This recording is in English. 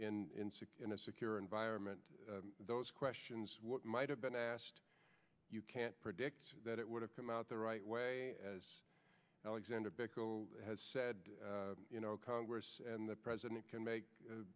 in in a secure environment those questions might have been asked you can't predict that it would have come out the right way as alexander bickel has said you know congress and the president can make